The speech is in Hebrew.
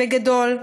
בגדול.